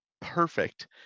perfect